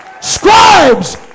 scribes